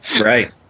Right